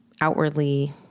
outwardly